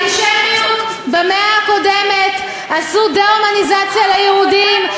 באנטישמיות במאה הקודמת עשו דה-הומניזציה ליהודים,